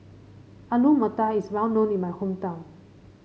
Alu Matar is well known in my hometown